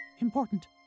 Important